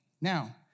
Now